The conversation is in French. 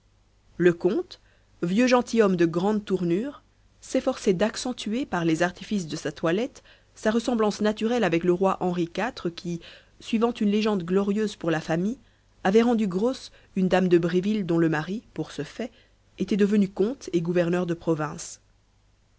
le comte vieux gentilhomme de grande tournure s'efforçait d'accentuer par les artifices de sa toilette sa ressemblance naturelle avec le roy henri iv qui suivant une légende glorieuse pour la famille avait rendu grosse une dame de bréville dont le mari pour ce fait était devenu comte et gouverneur de province